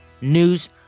news